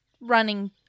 running